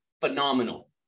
phenomenal